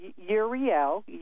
Uriel